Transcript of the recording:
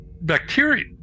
bacteria